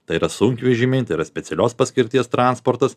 tai yra sunkvežimiai tai yra specialios paskirties transportas